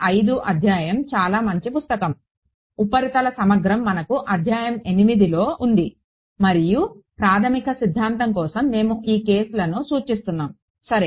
5 అధ్యాయం చాలా మంచి పుస్తకం ఉపరితల సమగ్రం మనకు అధ్యాయం 8లో ఉంది మరియు ప్రాథమిక సిద్ధాంతం కోసం మేము ఈ కేసులను సూచిస్తున్నాము సరే